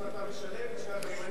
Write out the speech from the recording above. אם אתה משלב את שני הדברים.